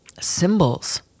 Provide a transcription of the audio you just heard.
symbols